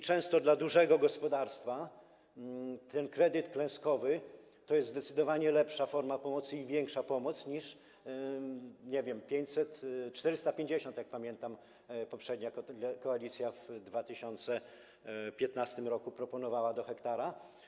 Często dla dużego gospodarstwa kredyt klęskowy jest zdecydowanie lepszą formą pomocy, to większa pomoc niż, nie wiem, 500, 450, jak pamiętam, poprzednia koalicja w 2015 r. proponowała do hektara.